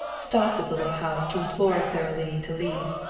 stopped at the little house to implore sara lee to leave.